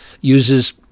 uses